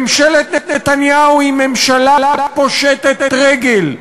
ממשלת נתניהו היא ממשלה פושטת רגל.